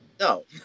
No